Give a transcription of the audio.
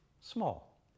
Small